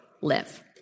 live